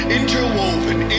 interwoven